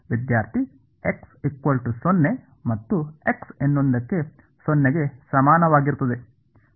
ವಿದ್ಯಾರ್ಥಿ x 0 ಮತ್ತು x ಇನ್ನೊಂದಕ್ಕೆ 0 ಗೆ ಸಮಾನವಾಗಿರುತ್ತದೆ